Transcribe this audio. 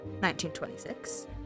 1926